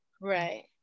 Right